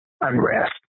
unrest